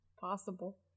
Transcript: possible